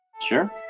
sure